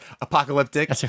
Apocalyptic